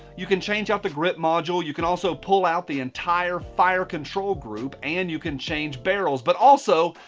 you can change out the grip module, you can also pull out the entire fire control group and you can change barrels but also,